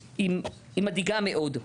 היא מדאיגה מאוד.